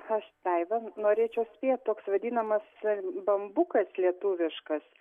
aš tai bent norėčiau spėt toks vadinamas bambukas lietuviškas